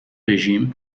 regime